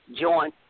join